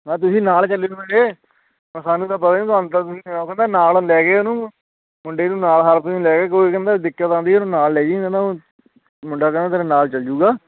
ਹਾਂ ਤੁਸੀਂ ਨਾਲ ਚੱਲਿਓ ਮੇਰੇ ਤਾਂ ਸਾਨੂੰ ਤਾਂ ਪਤਾ ਨਹੀਂ ਤੁਹਾਨੂੰ ਤਾਂ ਉਹ ਕਹਿੰਦਾ ਨਾਲ ਲੈ ਕੇ ਉਹਨੂੰ ਮੁੰਡੇ ਨੂੰ ਨਾਲ ਹਰਪ੍ਰੀਤ ਨੂੰ ਤੁਸੀਂ ਲੈ ਕੇ ਕੋਈ ਕਹਿੰਦਾ ਦਿੱਕਤ ਆਉਂਦੀ ਇਹਨੂੰ ਨਾਲ ਲੈ ਜੀ ਨਾ ਮੁੰਡਾ ਕਹਿੰਦਾ ਤੇਰੇ ਨਾਲ ਚਲ ਜੂੰਗਾ